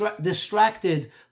distracted